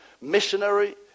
missionary